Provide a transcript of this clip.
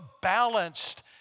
balanced